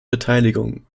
beteiligung